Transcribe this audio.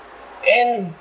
and